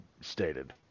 stated